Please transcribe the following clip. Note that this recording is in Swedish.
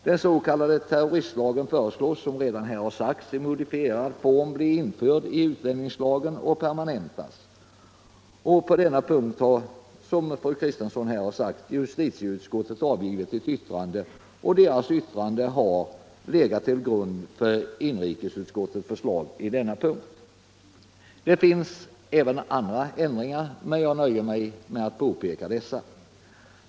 Den s.k. terroristlagen föreslås i modifierad form bli införd i utlänningslagen och permanentad. Som fru Kristensson sade har justitieutskottet på den punkten avgivit ett yttrande, som har legat till grund för inrikesutskottets förslag. Även andra ändringar har föreslagits, men jag nöjer mig med att nämna dessa.